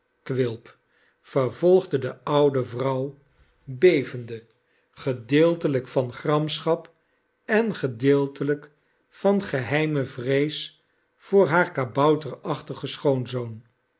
quilp vervolgde deoude vrouw bevende gedeeltelijk van gramschap en gedeeltelijk van geheime vrees voor haar kabouterachtigen schoonzoon